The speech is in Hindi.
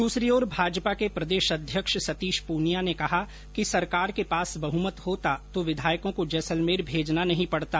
दूसरी ओर भाजपा के प्रदेश अध्यक्ष सतीश पूनिया ने कहा कि सरकार के पास बहमत होता तो विधायकों को जैसलमेर भेजना नहीं पड़ता